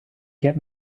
get